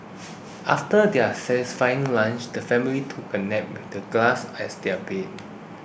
after their satisfying lunch the family took a nap with the grass as their bed